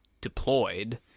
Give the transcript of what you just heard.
deployed